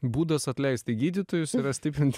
būdas atleisti gydytojus yra stiprint